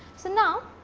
so, now,